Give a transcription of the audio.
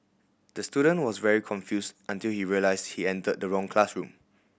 the student was very confused until he realised he entered the wrong classroom